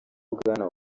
bwana